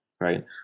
right